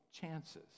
chances